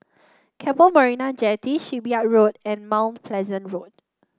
Keppel Marina Jetty Shipyard Road and Mount Pleasant Road